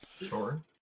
Sure